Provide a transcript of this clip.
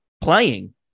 playing